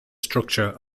structure